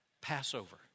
Passover